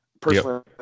personally